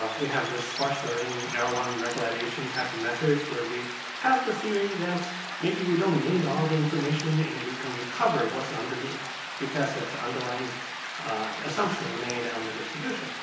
ah we have this sparse learning, arrow one recommendation-type of methods where we have the theory that maybe we don't need all the information, and we can recover what's underneath because of the underlying so assumption we made on the distribution.